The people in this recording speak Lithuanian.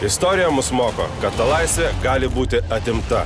istorija mus moko kad ta laisvė gali būti atimta